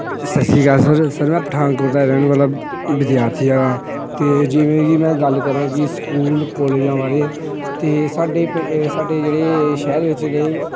ਸਤਿ ਸ਼੍ਰੀ ਅਕਾਲ ਸਰ ਸਰ ਮੈਂ ਪਠਾਨਕੋਟ ਦਾ ਰਹਿਣ ਵਾਲਾ ਵਿਦਿਆਰਥੀ ਹੈਗਾ ਅਤੇ ਜਿਵੇਂ ਕਿ ਮੈਂ ਗੱਲ ਕਰਾਂ ਕਿ ਸਕੂਲ ਕੋਲੇਜਾਂ ਬਾਰੇ ਅਤੇ ਸਾਡੇ ਸਾਡੇ ਜਿਹੜੇ ਸ਼ਹਿਰ ਵਿੱਚ ਜਿਹੜੇ